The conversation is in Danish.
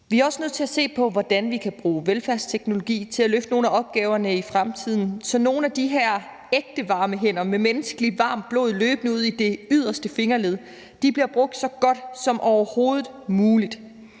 Vi er også nødt til at se på, hvordan vi kan bruge velfærdsteknologi til at løfte nogle af opgaverne i fremtiden, så nogle af de her ægte varme hænder med menneskeligt varmt blod løbende ud i de yderste fingerled bliver brugt så godt som overhovedet muligt.